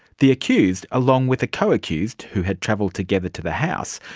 the accused, along with a co-accused, who had travelled together to the house,